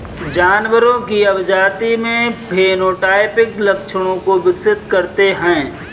जानवरों की अभिजाती में फेनोटाइपिक लक्षणों को विकसित करते हैं